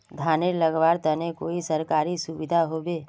धानेर लगवार तने कोई सरकारी सुविधा होबे?